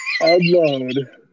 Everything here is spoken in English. Unload